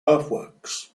earthworks